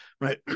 right